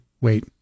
wait